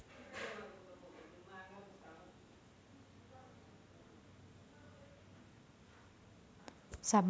सामान्य ज्ञान असा आहे की घरगुती वनस्पतींचे सरासरी आयुष्य दोन ते पाच वर्षांपर्यंत असू शकते